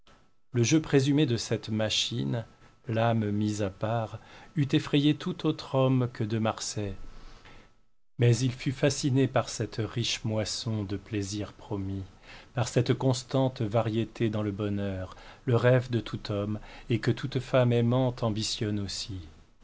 le jeu présumé de cette machine l'âme mise à part eût effrayé tout autre homme que de marsay mais il fut fasciné par cette riche moisson de plaisirs promis par cette constante variété dans le bonheur le rêve de tout homme et que toute femme aimante ambitionne aussi